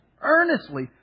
earnestly